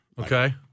Okay